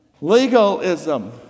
Legalism